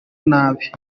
nabi